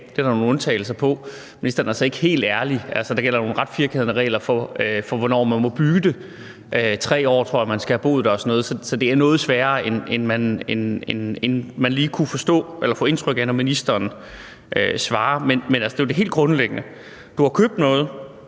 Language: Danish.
det er der nogle undtagelser for. Ministeren var så ikke helt ærlig, for der gælder nogle ret firkantede regler for, hvornår man må bytte; 3 år tror jeg at man skal have boet der – og sådan noget. Det er noget sværere, end man lige kunne forstå eller få indtryk af, da ministeren svarede. Men det er jo det helt grundlæggende: Du har købt noget.